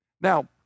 Now